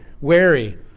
wary